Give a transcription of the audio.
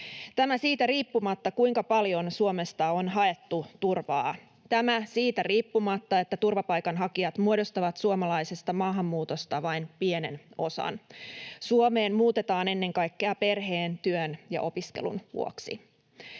tämä siitä riippumatta, kuinka paljon Suomesta on haettu turvaa, ja tämä siitä riippumatta, että turvapaikanhakijat muodostavat suomalaisesta maahanmuutosta vain pienen osan. Suomeen muutetaan ennen kaikkea perheen, työn ja opiskelun vuoksi.